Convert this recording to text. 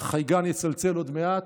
החייגן יצלצל עוד מעט.